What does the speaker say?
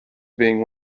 being